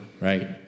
right